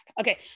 okay